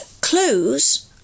clues